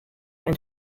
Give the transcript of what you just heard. and